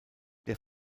der